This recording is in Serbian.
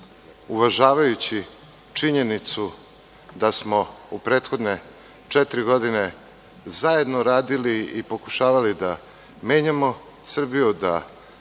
uvažavajući činjenicu da smo u prethodne četiri godine zajedno radili i pokušavali da menjamo Srbiju,